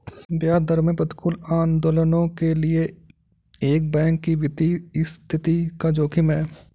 ब्याज दरों में प्रतिकूल आंदोलनों के लिए एक बैंक की वित्तीय स्थिति का जोखिम है